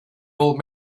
old